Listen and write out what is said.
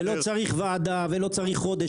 ולא צריך ועדה, ולא צריך חודש.